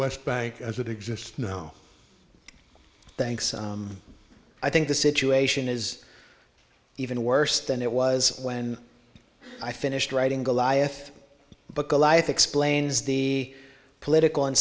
west bank i would exist no thanks i think the situation is even worse than it was when i finished writing goliath but goliath explains the political